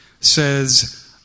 says